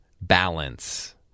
balance